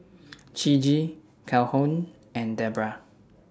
Ciji Calhoun and Debroah